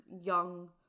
young